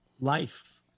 life